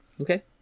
Okay